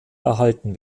erhalten